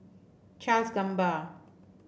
Charles Gamba